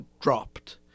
dropped